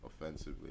offensively